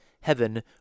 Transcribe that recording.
heaven